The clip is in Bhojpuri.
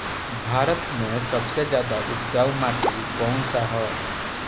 भारत मे सबसे ज्यादा उपजाऊ माटी कउन सा ह?